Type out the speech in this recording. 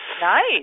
Nice